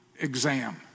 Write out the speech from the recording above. exam